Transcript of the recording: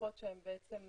המדריכות שם יועצות